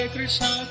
Krishna